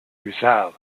rizal